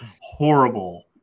horrible